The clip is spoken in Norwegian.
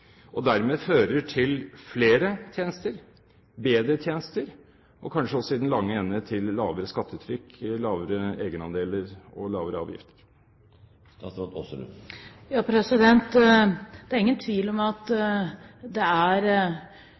og dermed fører til flere tjenester, bedre tjenester og kanskje også i den lange ende til lavere skattetrykk, lavere egenandeler og lavere avgifter. Det er ingen tvil om at det er